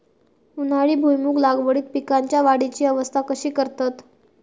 उन्हाळी भुईमूग लागवडीत पीकांच्या वाढीची अवस्था कशी करतत?